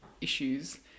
issues